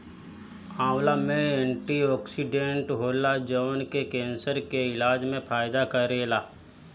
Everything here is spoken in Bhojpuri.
आंवला में एंटीओक्सिडेंट होला जवन की केंसर के इलाज में फायदा करेला